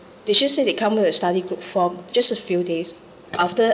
they just say they come here to study group for just a few days after